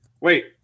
Wait